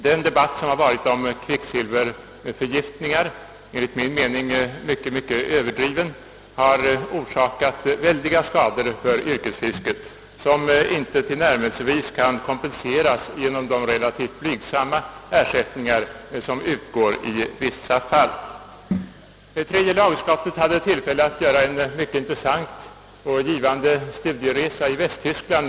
Den debatt som har förts om risken för kvicksilverförgiftningarna och som enligt min mening varit mycket överdriven, har orsakat väldiga skador för yrkesfisket, som inte tillnärmelsevis kompenseras genom de relativt blygsamma ersättningar som utgår i vissa fall. Tredje lagutskottet hade tillfälle att nu i september göra en mycket intressant och givande studieresa i Västtyskland.